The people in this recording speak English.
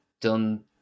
done